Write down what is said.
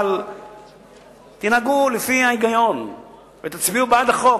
אבל תנהגו לפי ההיגיון ותצביעו בעד החוק.